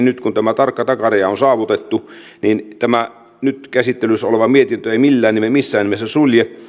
nyt kun tämä tarkka takaraja on saavutettu tämä nyt käsittelyssä oleva mietintö ei missään nimessä sulje